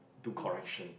do correction